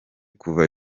kuva